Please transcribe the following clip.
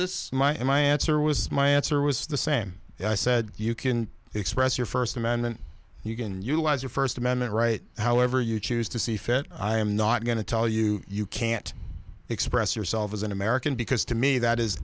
this my answer was my answer was the same i said you can express your first amendment you can utilize your first amendment right however you choose to see fit i am not going to tell you you can't express yourself as an american because to me that is